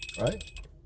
Right